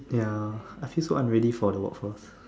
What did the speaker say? ya I feel so unready for the workforce